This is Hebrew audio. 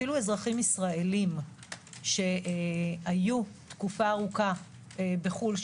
אפילו אזרחים ישראליים שהיו תקופה ארוכה בחו"ל,